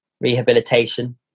rehabilitation